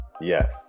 Yes